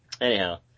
Anyhow